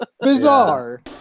Bizarre